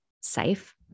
safe